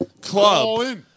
club